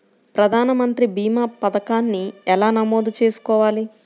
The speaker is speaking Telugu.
ప్రధాన మంత్రి భీమా పతకాన్ని ఎలా నమోదు చేసుకోవాలి?